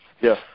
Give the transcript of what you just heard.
Yes